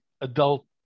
adult